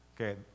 okay